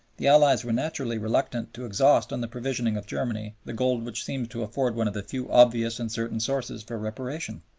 the allies were naturally reluctant to exhaust on the provisioning of germany the gold which seemed to afford one of the few obvious and certain sources for reparation.